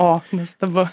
o nuostabu